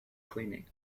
cleaning